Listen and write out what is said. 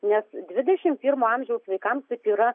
nes dvidešimt pirmo amžiaus vaikams taip yra